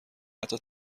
حتی